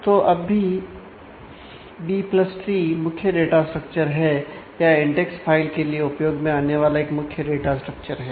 तो अब B plus tree मुख्य डाटा स्ट्रक्चर है या इंडेक्स फाइल के लिए उपयोग में आने वाला एक मुख्य डाटा स्ट्रक्चर है